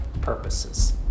purposes